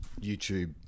YouTube